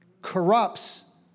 corrupts